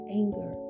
anger